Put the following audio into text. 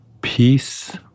Peace